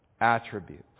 attributes